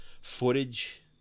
footage